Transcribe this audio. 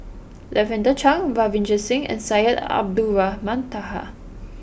Lavender Chang Ravinder Singh and Syed Abdulrahman Taha